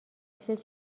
پیش